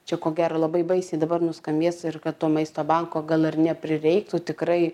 čia ko gero labai baisiai dabar nuskambės ir kad to maisto banko gal ir neprireiktų tikrai